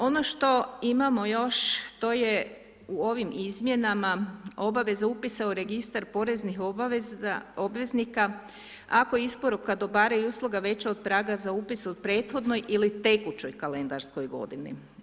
Ono što imamo još to je u ovim izmjenama obaveza upisa u registar poreznih obavezanika, ako isporuka dobara i usluga, veća od praga za upis za prethodnu ili tekućoj kalendarskoj godini.